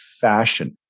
fashion